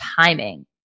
timing